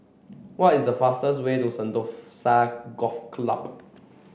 what is the fastest way to Sentosa Golf Club